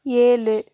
ஏழு